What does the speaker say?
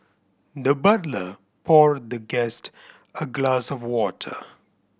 the butler poured the guest a glass of water